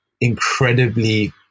incredibly